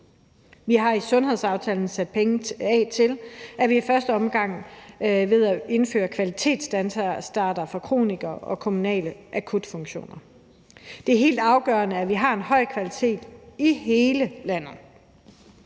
Vi har i sundhedsaftalen sat penge af til, at vi i første omgang er ved at indføre kvalitetsstandarder for kronikere og kommunale akutfunktioner. Det er helt afgørende, at vi har en høj kvalitet i hele landet.